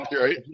right